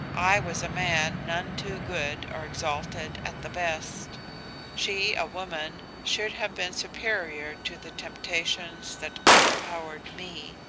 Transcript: i was a man none too good or exalted at the best she, a woman, should have been superior to the temptations that overpowered me.